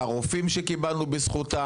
הרופאים שקיבלנו בזכותם,